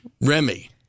Remy